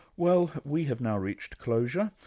well we have now reached closure.